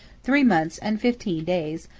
three months, and fifteen days,